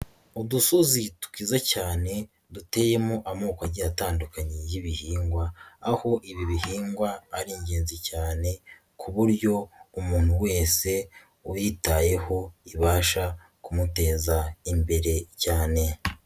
Udusozi twiza cyane duteyemo amoko agiye atandukanye y'ibihingwa, aho ibi bihingwa ari ingenzi cyane ku buryo umuntu wese uyitayeho ibasha kumuteza imbere cyane.